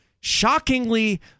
shockingly